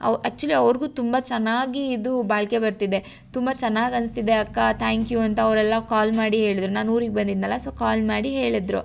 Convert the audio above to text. ಅವು ಆ್ಯಕ್ಚುಲಿ ಅವ್ರಿಗು ತುಂಬ ಚೆನ್ನಾಗಿ ಇದು ಬಾಳ್ವಿಕೆ ಬರ್ತಿದೆ ತುಂಬ ಚೆನ್ನಾಗಿ ಅನಿಸ್ತಿದೆ ಅಕ್ಕ ಥ್ಯಾಂಕ್ ಯು ಅಂತ ಅವರೆಲ್ಲ ಕಾಲ್ ಮಾಡಿ ಹೇಳದ್ರು ನಾನು ಊರಿಗೆ ಬಂದಿದ್ನಲ್ಲಾ ಸೊ ಕಾಲ್ ಮಾಡಿ ಹೇಳಿದ್ರು